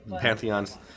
pantheons